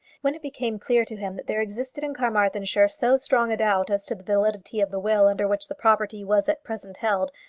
when it became clear to him that there existed in carmarthenshire so strong a doubt as to the validity of the will under which the property was at present held,